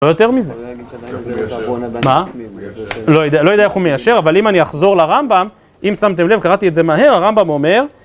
לא יותר מזה, מה? לא יודע איך הוא מיישר, אבל אם אני אחזור לרמב״ם, אם שמתם לב, קראתי את זה מהר, הרמב״ם אומר